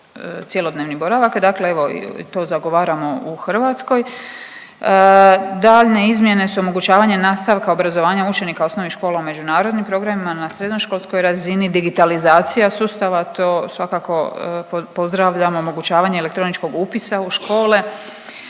cjelodnevni boravak. Dakle, evo i to zagovaramo u Hrvatskoj. Daljnje izmjene su omogućavanje nastavka obrazovanja učenika osnovnih škola u međunarodnim programima, na srednjoškolskoj razini, digitalizacija sustava. To svakako pozdravljam. Omogućavanje elektroničkog upisa u škole,